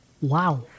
wow